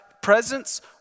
presence